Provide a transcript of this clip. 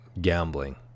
gambling